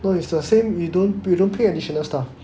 no it's the same you don't you don't pay additional stuff